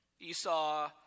Esau